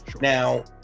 Now